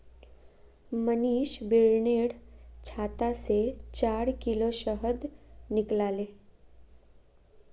मनीष बिर्निर छत्ता से चार किलो शहद निकलाले